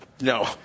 No